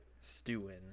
Stewing